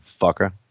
fucker